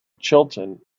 chilton